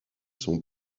sont